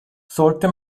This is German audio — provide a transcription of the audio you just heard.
sollte